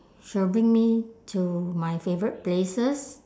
she will bring me to my favourite places